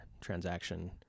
transaction